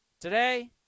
Today